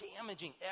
damaging